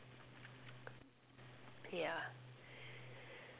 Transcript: yeah